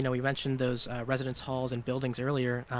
you know you mentioned those residence halls and buildings earlier.